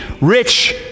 rich